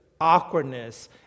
awkwardness